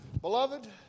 beloved